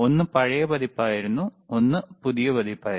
ഒന്ന് പഴയ പതിപ്പായിരുന്നു ഒന്ന് പുതിയ പതിപ്പായിരുന്നു